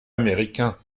américain